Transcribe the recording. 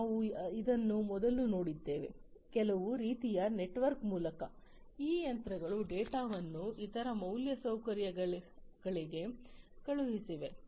ನಾವು ಇದನ್ನು ಮೊದಲು ನೋಡಿದ್ದೇವೆ ಕೆಲವು ರೀತಿಯ ನೆಟ್ವರ್ಕ್ ಮೂಲಕ ಈ ಯಂತ್ರಗಳು ಡೇಟಾವನ್ನು ಇತರ ಮೂಲಸೌಕರ್ಯಗಳಿಗೆ ಕಳುಹಿಸಲಿವೆ